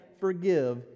forgive